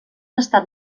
estat